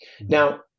Now